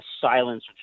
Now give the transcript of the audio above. silence